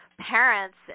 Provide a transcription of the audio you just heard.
parents